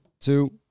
two